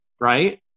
right